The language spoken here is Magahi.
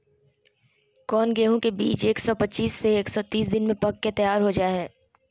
कौन गेंहू के बीज एक सौ पच्चीस से एक सौ तीस दिन में पक के तैयार हो जा हाय?